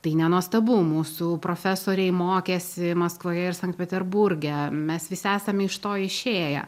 tai nenuostabu mūsų profesoriai mokėsi maskvoje ir sankt peterburge mes visi esam iš to išėję